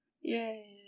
Yay